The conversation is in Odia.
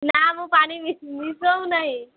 ନା ମୁଁ ପାଣି ମିଶାଉ ନାହିଁ